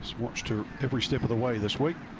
watched her every step of the way this week.